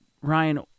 Ryan